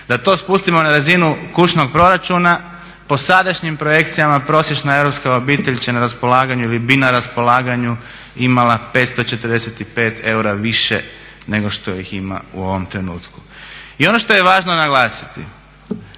Da to spustimo na razinu kućnog proračuna po sadašnjim projekcijama prosječna europska obitelj će na raspolaganju ili bi na raspolaganju imala 545 eura više nego što ih ima u ovom trenutku. I ono što je važno naglasiti,